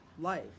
life